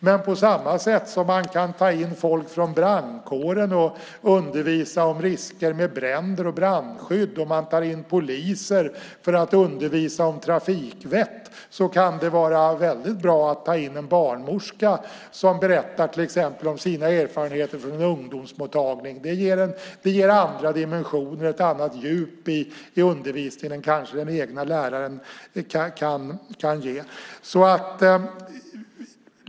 Men på samma sätt som man kan ta in folk från brandkåren som undervisar om risker med bränder och brandskydd och tar in poliser som undervisar om trafikvett kan det vara väldigt bra att ta in en barnmorska som berättar till exempel om sina erfarenheter från en ungdomsmottagning. Det ger kanske andra dimensioner och ett annat djup i undervisningen än vad den egna läraren kan ge.